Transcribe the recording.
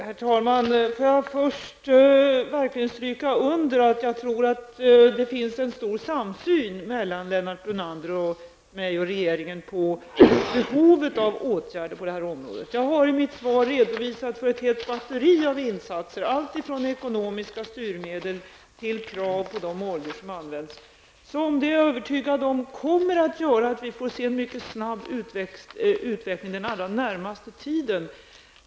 Herr talman! Först vill jag verkligen stryka under att jag tror att det finns en stor samsyn mellan Lennart Brunander och mig och regeringen när det gäller behovet av åtgärder på det här området. Jag har i mitt svar redovisat för ett helt batteri av insatser, alltifrån ekonomiska styrmedel till krav på de oljor som används. Jag är övertygad om att vi kommer att få se en snabb utveckling den allra närmaste tiden.